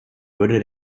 würde